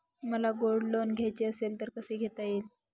मला gold loan घ्यायचे असेल तर कसे घेता येईल?